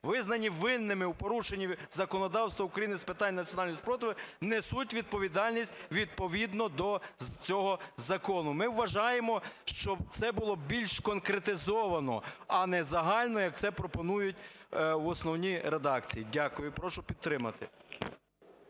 визнані винними у порушенні законодавства України з питань національного спротиву, несуть відповідальність відповідно до цього закону". Ми вважаємо, що це було б більш конкретизовано, а не загально, як це пропонують в основній редакції. Дякую. Прошу підтримати.